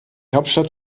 hauptstadt